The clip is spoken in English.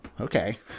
okay